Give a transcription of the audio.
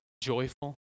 joyful